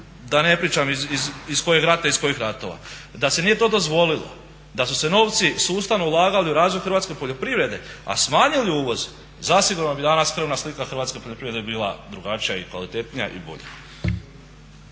da ne pričam iz kojeg rata i iz kojih ratova, da se nije to dozvolilo, da su se novci sustavno ulagali u razvoj hrvatske poljoprivrede, a smanjili uvoz zasigurno bi danas krvna slika hrvatske poljoprivrede bila drugačija i kvalitetnija i bolja.